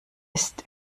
ist